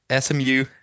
SMU